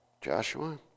Joshua